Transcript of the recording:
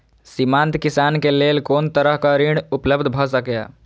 सीमांत किसान के लेल कोन तरहक ऋण उपलब्ध भ सकेया?